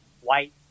white